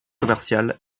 commerciales